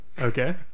okay